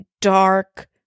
Dark